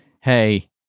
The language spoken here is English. hey